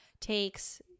takes